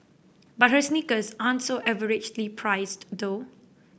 but her sneakers aren't so averagely priced though